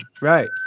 right